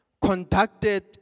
conducted